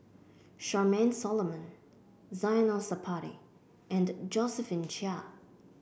Charmaine Solomon Zainal Sapari and Josephine Chia